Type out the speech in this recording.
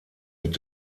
mit